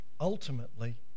Ultimately